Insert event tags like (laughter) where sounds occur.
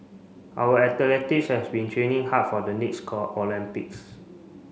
our athletics have been training hard for the next (unintelligible) Olympics